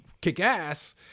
kick-ass